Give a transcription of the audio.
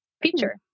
feature